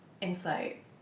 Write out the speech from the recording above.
insight